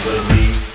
Believe